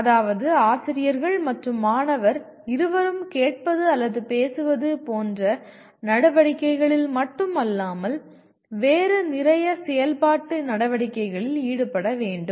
அதாவது ஆசிரியர்கள் மற்றும் மாணவர் இருவரும் கேட்பது அல்லது பேசுவது போன்ற நடவடிக்கைகளில் மட்டும் அல்லாமல் வேறு நிறைய செயல்பாட்டு நடவடிக்கைகளில் ஈடுபட வேண்டும்